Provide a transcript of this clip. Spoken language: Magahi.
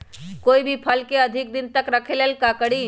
कोई भी फल के अधिक दिन तक रखे के ले ल का करी?